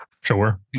sure